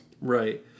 Right